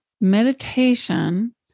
meditation